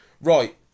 Right